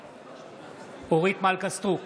בעד אורית מלכה סטרוק,